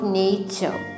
nature